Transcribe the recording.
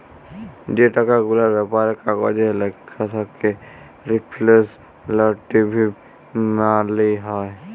যে টাকা গুলার ব্যাপারে কাগজে ল্যাখা থ্যাকে রিপ্রেসেলট্যাটিভ মালি হ্যয়